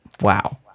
wow